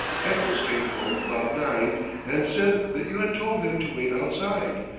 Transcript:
eccles came home about nine and said that you had told him to wait outside,